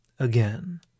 Again